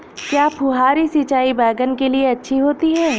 क्या फुहारी सिंचाई बैगन के लिए अच्छी होती है?